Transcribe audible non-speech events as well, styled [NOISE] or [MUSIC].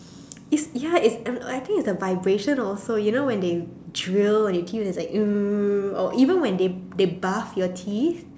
it's ya it's I don't know I think it's a vibration also you know when they drill and you teeth is like [NOISE] or even when they they buff your teeth